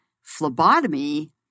phlebotomy